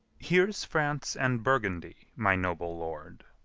here's france and burgundy, my noble lord.